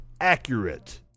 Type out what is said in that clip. accurate